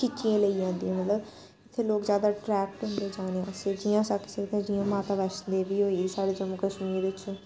खिच्चियै लेई जंदियां मतलब इत्थै लोक ज्यादा अट्रैक्ट होंदे जानै आस्तै जियां अस आखी सकदे आं जियां माता बैश्णो देवी होई गेई साढ़े जम्मू कश्मीर च